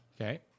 Okay